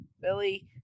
Billy